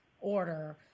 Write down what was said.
order